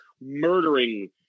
murdering